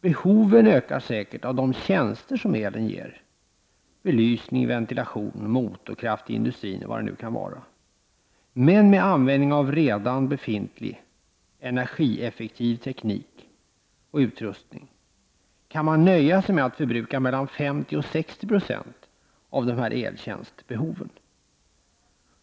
Behoven ökar säkert av de tjänster som elen ger, t.ex. belysning, ventilation, motorer och kraft till industrin, men med användning av redan befintlig energieffektiv teknik och utrustning kan man nöja sig med att förbruka mellan 50 och 60 26 av dessa eltjänstbehov.